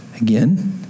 Again